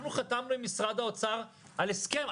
אנחנו חתמנו עם משרד האוצר על הסכם.